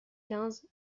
quinze